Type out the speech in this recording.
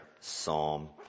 Psalm